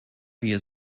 wir